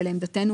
ולעמדתנו,